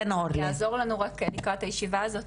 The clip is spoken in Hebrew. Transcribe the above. יעזור לנו רק לקראת הישיבה הזו,